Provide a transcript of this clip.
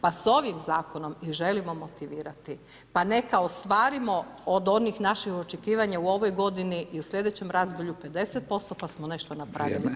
Pa sa ovim zakonom i želimo motivirati, pa neka ostvarimo od onih naših očekivanja u ovoj godini i u sljedećem razdoblju 50% pa smo nešto napravili.